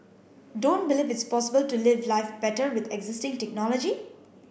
don't believe it's possible to live life better with existing technology